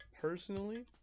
personally